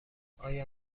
آیا